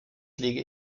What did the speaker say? lege